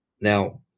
Now